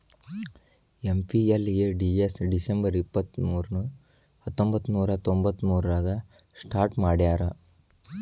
MPLADS December ಇಪ್ಪತ್ಮೂರು ಹತ್ತೊಂಬಂತ್ತನೂರ ತೊಂಬತ್ತಮೂರಾಗ ಸ್ಟಾರ್ಟ್ ಮಾಡ್ಯಾರ